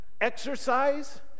exercise